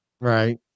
Right